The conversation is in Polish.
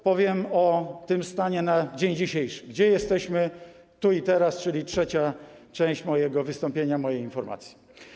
Powiem o stanie w dniu dzisiejszym, gdzie jesteśmy tu i teraz, czyli jest to trzecia część mojego wystąpienia, mojej informacji.